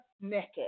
naked